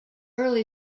early